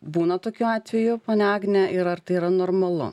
būna tokių atvejų ponia agne ir ar tai yra normalu